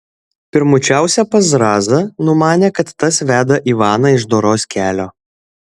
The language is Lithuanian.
pirmučiausia pas zrazą numanė kad tas veda ivaną iš doros kelio